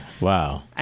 Wow